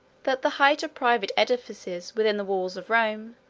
that the height of private edifices within the walls of rome,